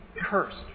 cursed